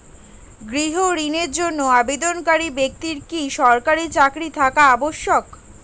গৃহ ঋণের জন্য আবেদনকারী ব্যক্তি কি সরকারি চাকরি থাকা আবশ্যক?